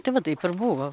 tai va taip ir buvo